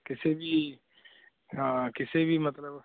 ਕਿਸੇ ਵੀ ਹਾਂ ਕਿਸੇ ਵੀ ਮਤਲਬ